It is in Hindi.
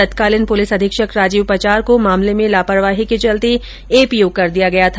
तत्कालीन पुलिस अधीक्षक राजीव पचार को मामर्ल में लापरवाही के चलते एपीओ कर दिया गया था